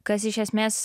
kas iš esmės